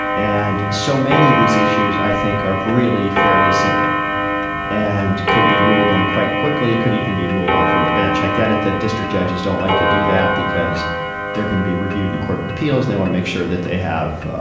and so many of these issues, i think are really fairly simple and could be ruled on quite quickly, could even be ruled on from the bench. i get it that district judges don't like to do that because they're going to be reviewed in the court of appeals. they want to make sure that they have,